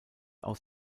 aus